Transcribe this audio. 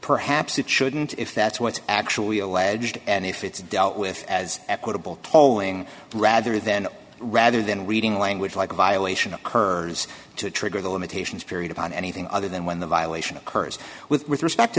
perhaps it shouldn't if that's what's actually alleged and if it's dealt with as equitable tolling rather than rather than reading language like a violation occurs to trigger the limitations period upon anything other than when the violation occurs with respect to